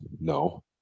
No